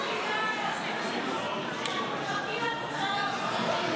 אנחנו מחכים לתוצאות.